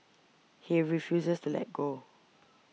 he refuses to let go